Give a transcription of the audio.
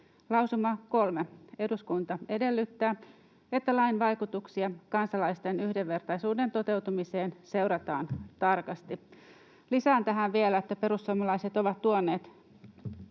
Lausuma 3: ”Eduskunta edellyttää, että lain vaikutuksia kansalaisten yhdenvertaisuuden toteutumiseen seurataan tarkasti.” Lisään tähän vielä, että perussuomalaiset ovat tuoneet